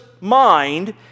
mind